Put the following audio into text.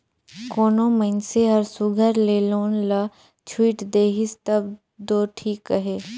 कोनो मइनसे हर सुग्घर ले लोन ल छुइट देहिस तब दो ठीक अहे